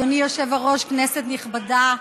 אדוני היושב-ראש, כנסת נכבדה,